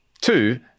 Two